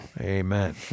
Amen